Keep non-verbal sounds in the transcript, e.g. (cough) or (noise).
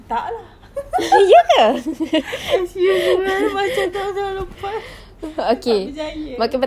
tak lah (laughs) masih hiburan macam tahun-tahun lepas tak berjaya